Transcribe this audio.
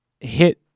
hit